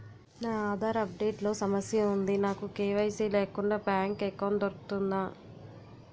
నా Aadhaar update లో సమస్య వుంది నాకు కే.వై.సీ లేకుండా బ్యాంక్ ఎకౌంట్దొ రుకుతుందా?